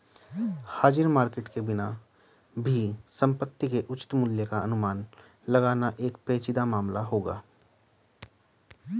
हाजिर मार्केट के बिना भी संपत्ति के उचित मूल्य का अनुमान लगाना एक पेचीदा मामला होगा